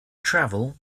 travel